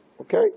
Okay